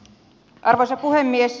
arvoisa puhemies